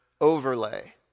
overlay